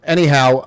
Anyhow